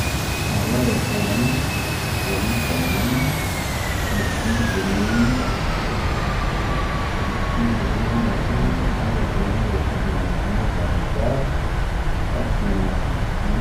ⴰⵡⴰⵢⴰ ⵣⴰⵍⴰⵏ, ⴼⵡⴻⵍⵉ ⴽⴰⵍⵍⴰⵏ, ⵉⴷⵣⵉⵣⵔⵉⵏ, ⵉⴷⵣⵉⵣⵔⵉⵏ ⵎo ⴽⴰⵏⵏⴰ, ⵏⵀⴰⴰⵔⴰ ⵜⴰⵏⵡⴻ ⵢoⵙⴰⵜⵏⴻ ⵏⵀⴰⴰⵏ ⴽⵀⴰⵎⴰⵜ ⴰⵔ ⵣⴰⵀⵔ, ⴰⴽⵉⵏⴰ ⴽⵉⵏⴰ ⴽⵉⵏⴰ.